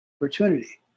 opportunity